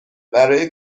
برای